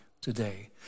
today